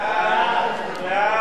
שם